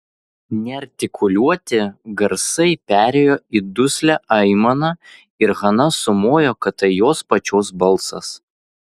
neartikuliuoti garsai perėjo į duslią aimaną ir hana sumojo kad tai jos pačios balsas